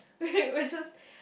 we just